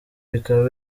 bikaba